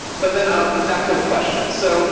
but then, um back to a question. so you